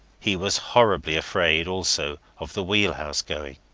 he was horribly afraid, also, of the wheelhouse going.